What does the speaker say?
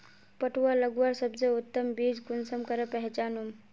पटुआ लगवार सबसे उत्तम बीज कुंसम करे पहचानूम?